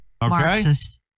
Marxist